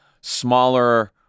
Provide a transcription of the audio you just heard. smaller